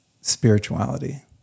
spirituality